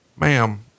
ma'am